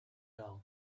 down